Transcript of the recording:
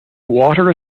water